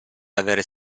aver